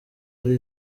ari